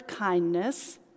kindness